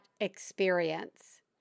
experience